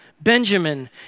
Benjamin